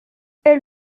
elle